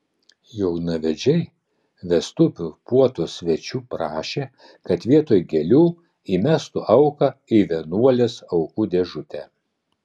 jaunavedžiai vestuvių puotos svečių prašė kad vietoj gėlių įmestų auką į vienuolės aukų dėžutę